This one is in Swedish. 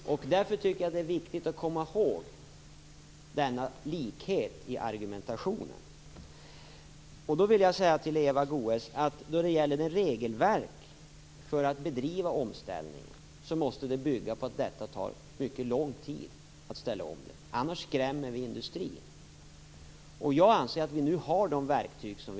Fru talman! Därför tycker jag att det är viktigt att komma ihåg denna likhet i argumentationen. Till Eva Goës vill jag säga att det regelverk som behövs för att bedriva omställningen måste bygga på att det tar mycket lång tid att ställa om, annars skrämmer vi industrin. Jag anser att vi nu har de verktygen.